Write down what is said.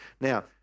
Now